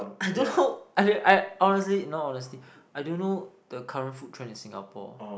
I don't know I I honestly no honestly I don't know the current food trend in Singapore